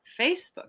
Facebook